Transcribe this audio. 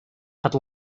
had